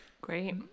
Great